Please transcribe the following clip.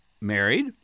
married